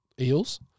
Eels